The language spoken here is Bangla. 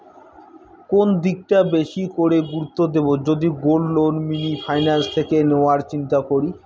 কোন দিকটা বেশি করে গুরুত্ব দেব যদি গোল্ড লোন মিনি ফাইন্যান্স থেকে নেওয়ার চিন্তা করি?